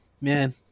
man